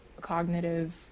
cognitive